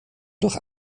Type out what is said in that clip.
durch